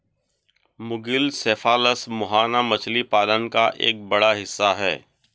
मुगिल cephalus मुहाना मछली पालन का एक बड़ा हिस्सा है